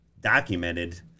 documented